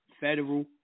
federal